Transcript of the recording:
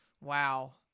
Wow